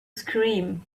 scream